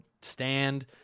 stand